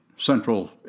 central